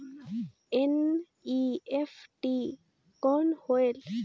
NEFT कौन होएल?